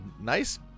nice